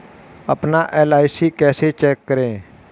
अपना एल.आई.सी कैसे चेक करें?